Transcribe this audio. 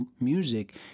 music